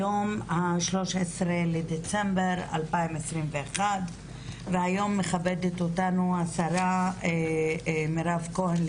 היום ה-13 בדצמבר 2021 והיום מכבדת אותנו השרה מירב כהן,